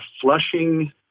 flushing